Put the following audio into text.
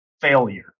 failure